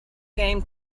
game